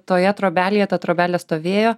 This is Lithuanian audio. toje trobelėje tą trobelė stovėjo